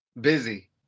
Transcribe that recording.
Busy